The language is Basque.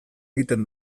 egiten